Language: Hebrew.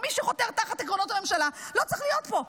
מי שחותר תחת עקרונות הממשלה, לא צריך להיות פה.